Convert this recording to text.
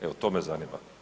Evo to me zanima.